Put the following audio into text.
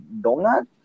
Donut